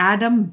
Adam